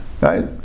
Right